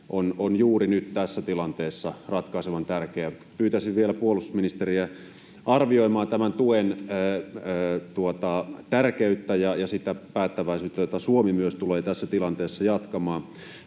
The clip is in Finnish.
ovat juuri nyt tässä tilanteessa ratkaisevan tärkeätä. Pyytäisin vielä puolustusministeriä arvioimaan tämän tuen tärkeyttä ja sitä päättäväisyyttä, jota Suomi myös tulee tässä tilanteessa jatkamaan.